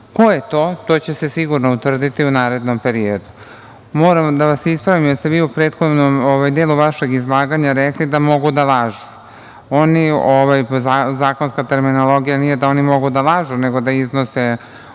Ko je to - to će se sigurno utvrditi u narednom periodu. Moram da vas ispravim jeste vi u prethodnom delu vašeg izlaganja rekli da mogu da lažu. Zakonska terminologija nije da oni mogu da lažu, nego da iznose